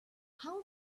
how